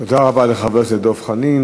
תודה רבה לחבר הכנסת דב חנין.